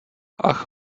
ach